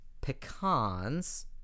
pecans